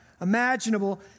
imaginable